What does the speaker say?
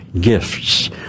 gifts